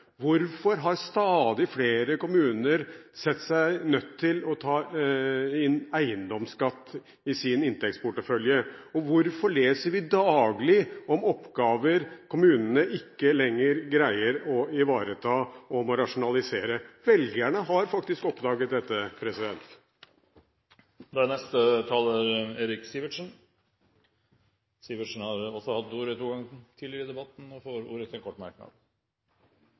Hvorfor har stadig flere kommuner sett seg nødt til å ta inn eiendomsskatt i sin inntektsportefølje? Og hvorfor leser vi daglig om oppgaver kommunene ikke lenger greier å ivareta og må rasjonalisere? Velgerne har faktisk oppdaget dette. Representanten Eirik Sivertsen har også hatt ordet to ganger tidligere og får ordet til en kort merknad,